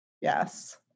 yes